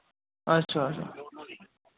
अच्छा अच्छा